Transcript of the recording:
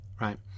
right